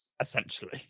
Essentially